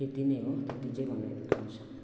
त्यत्ति नै हो त्यत्ति चाहिँ मलाई आउँछ